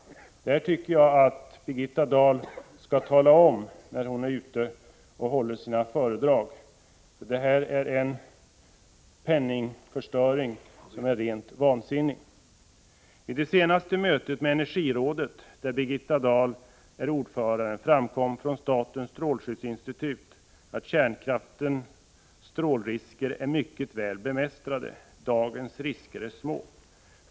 Jag tycker att Birgitta Dahl skall tala om detta när hon är ute och håller föredrag. Det är en kapitalförstöring som är rent vansinnig. Vid det senaste mötet med energirådet, där Birgitta Dahl är ordförande, framkom från statens strålskyddsinstitut att kärnkraftens strålrisker är mycket väl bemästrade. Dagens risker är små.